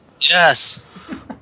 Yes